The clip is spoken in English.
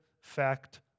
fact